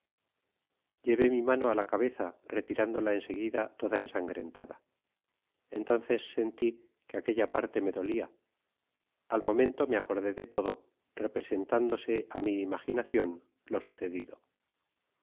llevó mi mano á la cabeza retirándola en seguida toda ensangrentada entonces senti que aquella parte me dolia al momento me acordó de todo representándose á mi imaginacion lo sucedido